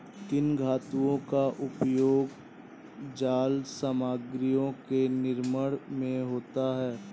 किन धातुओं का उपयोग जाल सामग्रियों के निर्माण में होता है?